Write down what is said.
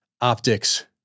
optics